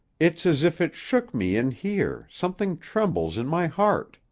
it's as if it shook me in here, something trembles in my heart,